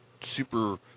super